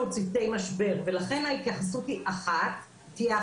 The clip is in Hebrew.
הוא צוותי משבר ולכן ההתייחסות תהיה אחת.